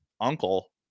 uncle